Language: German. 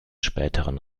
späteren